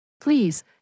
Please